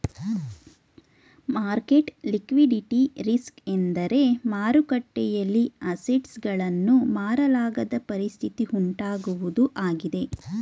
market liquidity risk ಎಂದರೆ ಮಾರುಕಟ್ಟೆಯಲ್ಲಿ assets ಗಳನ್ನು ಮಾರಲಾಗದ ಪರಿಸ್ಥಿತಿ ಉಂಟಾಗುವುದು ಆಗಿದೆ